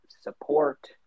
support